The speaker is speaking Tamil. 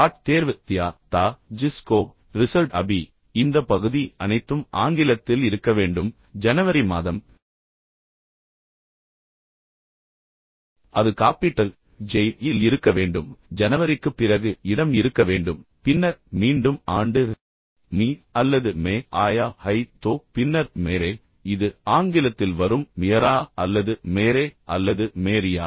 காட் தேர்வு தியா தா ஜிஸ்கோ ரிசல்ட் அபி இந்த பகுதி அனைத்தும் ஆங்கிலத்தில் இருக்க வேண்டும் ஜனவரி மாதம் அது காப்பிட்டல் ஜே இல் இருக்க வேண்டும் ஜனவரிக்குப் பிறகு இடம் இருக்க வேண்டும் பின்னர் மீண்டும் ஆண்டு மீ அல்லது மே ஆயா ஹை தோ பின்னர் மேரே இது ஆங்கிலத்தில் வரும் மியரா அல்லது மேரே அல்லது மேரியா